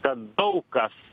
kad daug kas